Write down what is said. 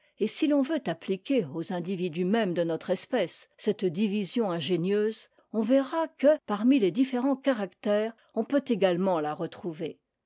et si l'on veut appliquer aux indi vidus mêmes de notre espèce cette division ingénieuse on verra que parmi les différents carac tères on peutégatement la retrouver